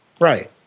right